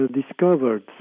discovered